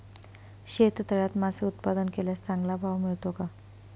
शेततळ्यात मासे उत्पादन केल्यास चांगला भाव मिळतो का?